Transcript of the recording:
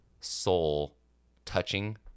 soul-touching